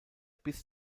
bis